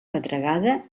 pedregada